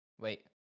Wait